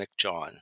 McJohn